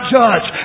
judge